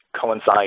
coincide